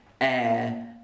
air